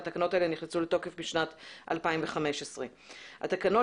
התקנות האלה נכנסו לתוקף בשנת 2015. התקנות